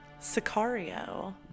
Sicario